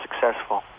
successful